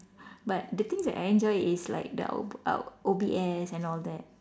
but the things that I enjoy is like the out out O_B_S and all that